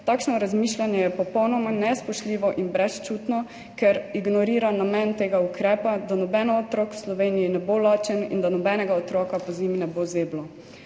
Takšno razmišljanje je popolnoma nespoštljivo in brezčutno, ker ignorira namen tega ukrepa, da noben otrok v Sloveniji ne bo lačen in da nobenega otroka pozimi ne bo zeblo.